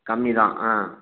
கம்மிதான் ஆ